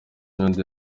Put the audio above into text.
nyundo